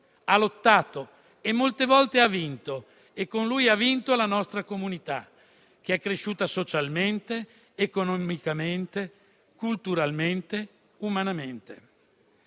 ha lottato e molte volte ha vinto. E con lui ha vinto la nostra comunità, che è cresciuta socialmente, economicamente, culturalmente, umanamente.